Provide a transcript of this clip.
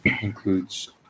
includes